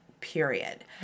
period